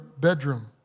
bedroom